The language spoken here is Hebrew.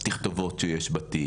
תכתובות שיש בתיק,